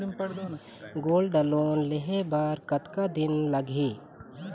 Gold loan लेहे बर कतका दिन लगही?